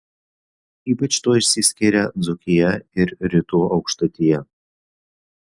ypač tuo išsiskiria dzūkija ir rytų aukštaitija